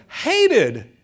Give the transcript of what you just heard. hated